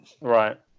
Right